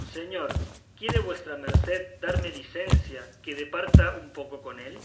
señor quiere vuestra merced darme licencia que departa un poco con él